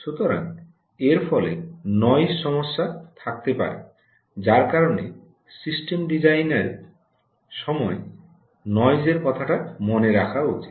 সুতরাং এর ফলে নয়জের সমস্যা থাকতে পারে যার কারণে সিস্টেম ডিজাইনের সময় নয়জের কথাটা মনে রাখা উচিত